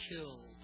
killed